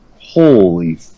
Holy